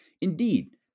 Indeed